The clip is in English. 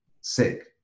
sick